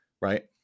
Right